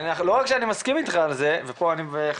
לא רק שאני מסכים אתך על זה ואני יודע בוודאות